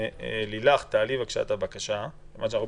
לילך וגנר,